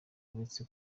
uretse